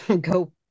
Go